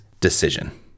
decision